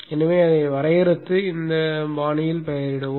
எனவே அதை வரையறுத்து இந்த பாணியில் பெயரிடுவோம்